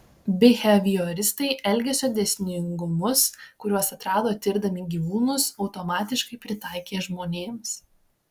bihevioristai elgesio dėsningumus kuriuos atrado tirdami gyvūnus automatiškai pritaikė žmonėms